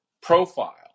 profile